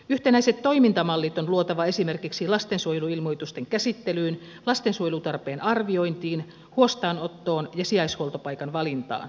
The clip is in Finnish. yhtenäiset toimintamallit on luotava esimerkiksi lastensuojeluilmoitusten käsittelyyn lastensuojelutarpeen arviointiin huostaanottoon ja sijaishuoltopaikan valintaan